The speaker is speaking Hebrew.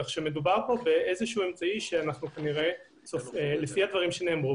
כך שמדובר פה באיזשהו אמצעי שלפי הדברים שנאמרו